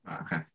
Okay